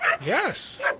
Yes